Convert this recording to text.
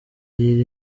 iyi